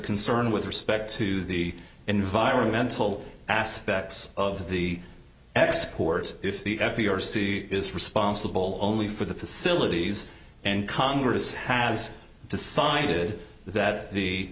concern with respect to the environmental aspects of the export if the for your suit is responsible only for the facilities and congress has decided that the